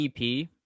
EP